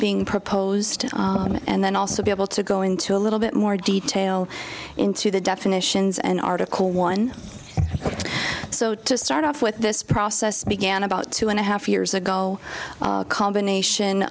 being proposed and then also be able to go into a little bit more detail into the definitions and article one so to start off with this process began about two and a half years ago a combination